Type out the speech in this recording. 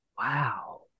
Wow